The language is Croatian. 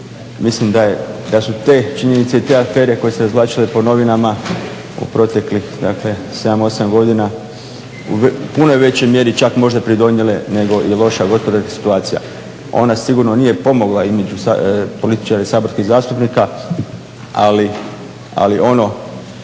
Mislim da su te činjenice i te afere koje su se razvlačile po novinama u proteklih, dakle 7, 8 godina u puno većoj mjeri čak možda pridonijele nego i loša gospodarska situacija. Ona sigurno nije pomogla imidžu političara i saborskih zastupnika, ali ono